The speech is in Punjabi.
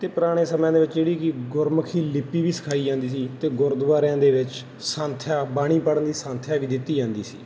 ਅਤੇ ਪੁਰਾਣੇ ਸਮਿਆਂ ਦੇ ਵਿੱਚ ਜਿਹੜੀ ਕਿ ਗੁਰਮੁਖੀ ਲਿਪੀ ਵੀ ਸਿਖਾਈ ਜਾਂਦੀ ਸੀ ਅਤੇ ਗੁਰਦੁਆਰਿਆਂ ਦੇ ਵਿੱਚ ਸੰਥਿਆ ਬਾਣੀ ਪੜ੍ਹਨ ਦੀ ਸੰਥਿਆ ਵੀ ਦਿੱਤੀ ਜਾਂਦੀ ਸੀ